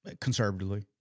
conservatively